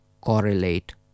correlate